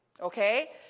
Okay